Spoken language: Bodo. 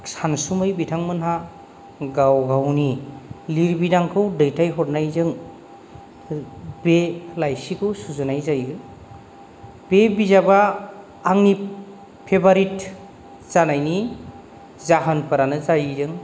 सानसुमै बिथांमोनहा गाव गावनि लिरबिदांखौ दैथाय हरनायजों बे लाइसिखौ सुजुनाय जायो बे बिजाबा आंनि फेभरेत जानायनि जाहोनफोरानो जाहैदों